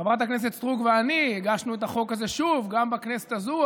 שחברת הכנסת סטרוק ואני הגשנו את החוק הזה שוב גם בכנסת הזו,